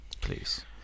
please